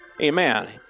amen